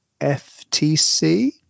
FTC